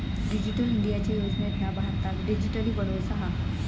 digital इंडियाच्या योजनेतना भारताक डीजिटली बनवुचा हा